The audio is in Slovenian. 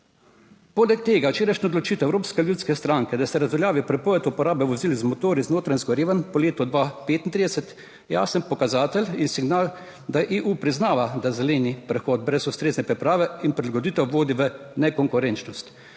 Poleg tega je včerajšnja odločitev Evropske ljudske stranke, da se razveljavi prepoved uporabe vozil z motorji z notranjsko raven po letu 2035, jasen pokazatelj in signal, da EU priznava, da zeleni prehod brez ustrezne priprave in prilagoditev vodi v nekonkurenčnost.